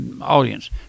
audience